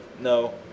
No